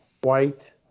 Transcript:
white